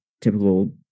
typical